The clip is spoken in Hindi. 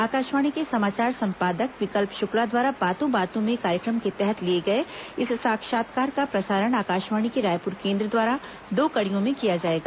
आकाशवाणी के समाचार संपादक विकल्प शुक्ला द्वारा बातों बातों में कार्यक्रम के तहत लिए गए इस साक्षात्कार का प्रसारण आकाशवाणी के रायपुर केन्द्र द्वारा दो कड़ियों में किया जाएगा